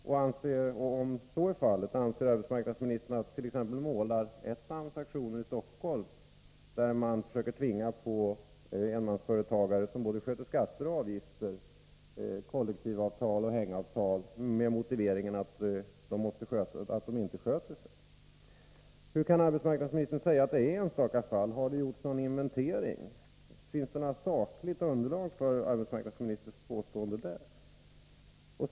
Om så är fallet, vad anser arbetsmarknadsministern om t.ex. Målar-ettans aktioner i Stockholm, där man försöker tvinga på enmansföretagare som sköter både skatter och avgifter kollektivavtal och hängavtal — med motiveringen att de inte sköter sig? Hur kan arbetsmarknadsministern säga att det är enstaka fall? Har det gjorts någon inventering? Finns det något sakligt underlag för arbetsmarknadsministerns påstående på den punkten?